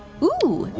ooh!